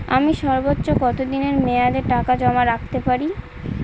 আমি সর্বোচ্চ কতদিনের মেয়াদে টাকা জমা রাখতে পারি?